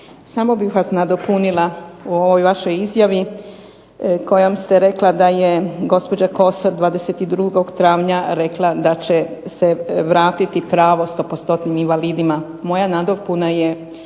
samo vas nadopunila u ovoj vašoj izjavi u kojoj ste rekli da je gospođa Kosor 22. travnja rekla da će se vratiti pravo 100% invalidima. Moja nadopuna je